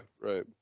right